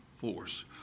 force